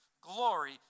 glory